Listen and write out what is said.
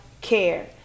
care